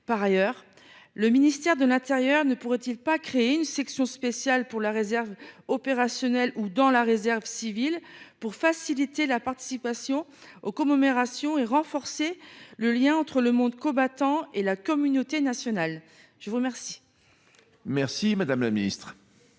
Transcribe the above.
Par ailleurs, le ministère de l’intérieur ne pourrait il pas créer une section spéciale au sein de la réserve opérationnelle ou de la réserve civile, pour faciliter la participation aux commémorations et renforcer le lien entre le monde combattant et la communauté nationale ? Excellent ! La parole est à Mme la secrétaire